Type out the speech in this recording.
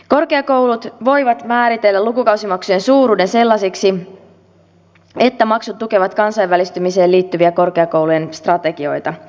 korkeakoulut voivat määritellä lukukausimaksujen suuruuden sellaiseksi että maksut tukevat kansainvälistymiseen liittyviä korkeakoulujen strategioita